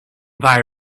thy